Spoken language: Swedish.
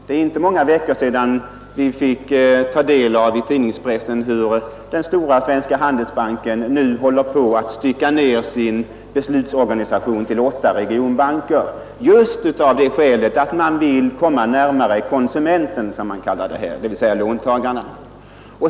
Det är inte många veckor sedan vi fick ta del av i tidningspressen hur den stora Svenska Handelsbanken nu håller på att stycka ner sin beslutsorganisation till åtta regionbanker, just av det skälet att man vill komma närmare konsumenterna, som man kallar det, dvs. låntagarna.